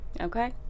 Okay